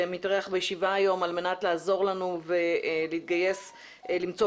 שמתארח בישיבה היום על מנת לעזור לנו ולהתגייס למצוא